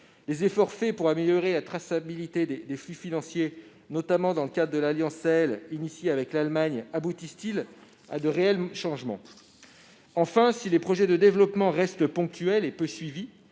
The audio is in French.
Les efforts faits pour améliorer la traçabilité des flux financiers, notamment dans le cadre de l'Alliance Sahel, initiée avec l'Allemagne, aboutissent-ils à de réels changements ? Enfin, si les projets de développement restent ponctuels et peu suivis